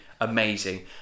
amazing